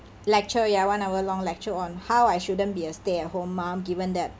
lecture ya one hour long lecture on how I shouldn't be a stay-at-home mum given that